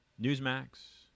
Newsmax